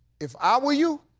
if i were you,